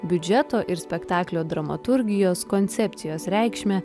biudžeto ir spektaklio dramaturgijos koncepcijos reikšmę